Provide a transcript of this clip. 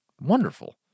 wonderful